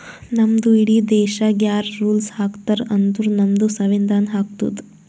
ನಮ್ದು ಇಡೀ ದೇಶಾಗ್ ಯಾರ್ ರುಲ್ಸ್ ಹಾಕತಾರ್ ಅಂದುರ್ ನಮ್ದು ಸಂವಿಧಾನ ಹಾಕ್ತುದ್